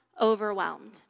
overwhelmed